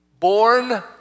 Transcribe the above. born